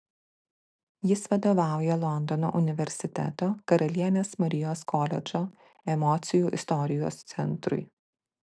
jis vadovauja londono universiteto karalienės marijos koledžo emocijų istorijos centrui